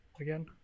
again